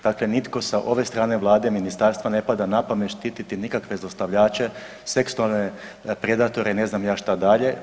Dakle nitko sa ove strane Vlade, ministarstva ne pada na pamet štititi nikakve zlostavljače, seksualne predatore i ne znam ni ja šta dalje.